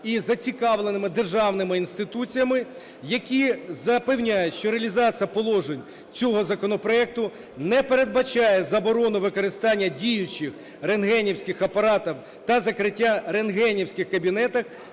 і зацікавленими державними інституціями, які запевняють, що реалізація положень цього законопроекту не передбачає заборону використання діючих рентгенівських апаратів та закриття рентгенівських кабінетів,